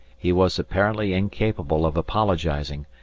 he was apparently incapable of apologizing,